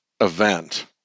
event